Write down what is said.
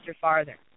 farther